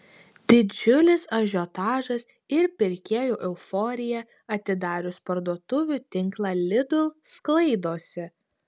didžiulis ažiotažas ir pirkėjų euforija atidarius parduotuvių tinklą lidl sklaidosi